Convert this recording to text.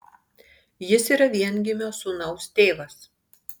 jis yra viengimio sūnaus tėvas